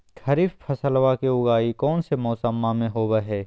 खरीफ फसलवा के उगाई कौन से मौसमा मे होवय है?